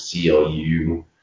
CLU